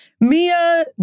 Mia